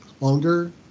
longer